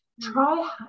try